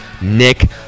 Nick